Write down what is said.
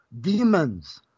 demons